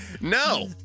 no